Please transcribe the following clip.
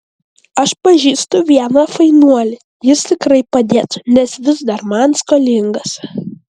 aš pažįstu vieną fainuolį jis tikrai padėtų nes vis dar man skolingas